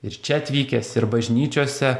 ir čia atvykęs ir bažnyčiose